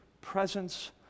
presence